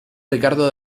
ricardo